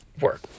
work